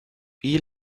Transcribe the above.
wie